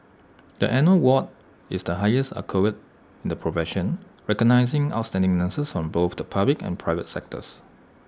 the annual award is the highest accolade in the profession recognising outstanding nurses from both the public and private sectors